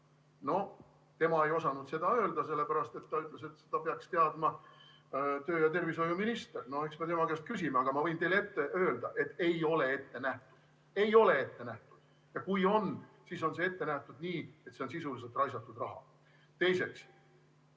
Tema ei osanud seda öelda, ta ütles, et seda peaks teadma tervise‑ ja tööminister. No eks me tema käest küsime, aga ma võin teile ette öelda, et ei ole ette nähtud. Ei ole ette nähtud. Ja kui ongi, siis on see ette nähtud nii, et see on sisuliselt raisatud raha. Teiseks,